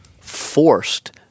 forced